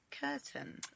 Curtain